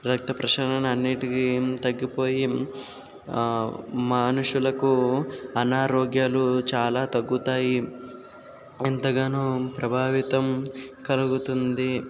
రక్తప్రసరణ అన్నింటికీ తగ్గిపోయి మనుషులకు అనారోగ్యాలు చాలా తగ్గుతాయి ఎంతగానో ప్రభావితం కలుగుతుంది